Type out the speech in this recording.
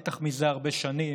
בטח זה הרבה שנים